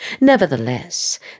Nevertheless